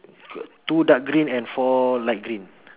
got two dark green and four light green